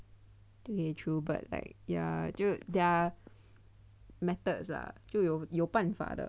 ya true but like ya 就 there are methods ah 就有有办法的